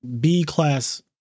B-class